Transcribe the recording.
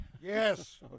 Yes